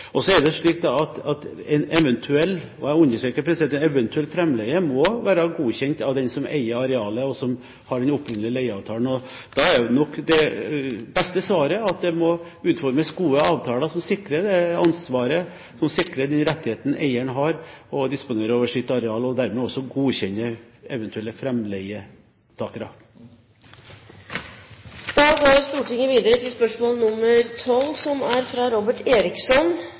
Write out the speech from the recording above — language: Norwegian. Så er det slik at en eventuell – og jeg understreker eventuell – framleie må være godkjent av den som eier arealet, og som har den opprinnelige leieavtalen. Da er nok det beste svaret at det må utformes gode avtaler som sikrer det ansvaret og de rettighetene eieren har til å disponere over sitt areal, og dermed også godkjenner eventuelle framleietakere. Mitt spørsmål til arbeidsministeren er som følger: «Kvinner som er